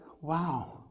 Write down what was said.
wow